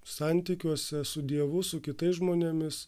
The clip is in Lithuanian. santykiuose su dievu su kitais žmonėmis